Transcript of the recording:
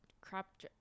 Crop